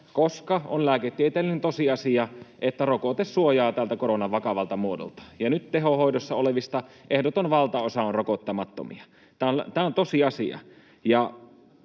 koska on lääketieteellinen tosiasia, että rokote suojaa tältä koronan vakavalta muodolta ja nyt tehohoidossa olevista ehdoton valtaosa on rokottamattomia. Tämä on tosiasia.